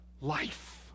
Life